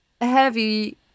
heavy